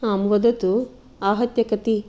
आम् वदतु आहत्य कति